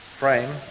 frame